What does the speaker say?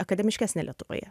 akademiškesnė lietuvoje